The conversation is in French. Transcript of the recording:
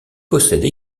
possède